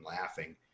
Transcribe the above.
laughing